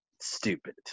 Stupid